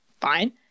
fine